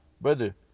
Brother